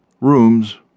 Rooms